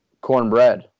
cornbread